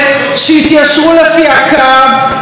ומי שלא מתיישר ומהלל,